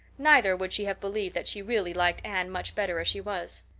neither would she have believed that she really liked anne much better as she was.